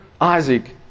Isaac